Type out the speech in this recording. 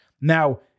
Now